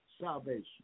salvation